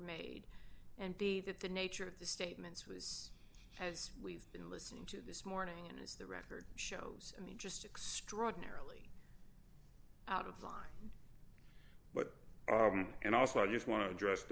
made and b that the nature of the statements was as we've been listening to this morning and is the record shows i mean just extraordinarily out of line but and also i just want to address the